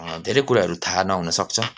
धेरै कुराहरू थाहा नहुन सक्छ